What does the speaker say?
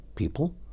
people